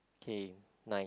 K nice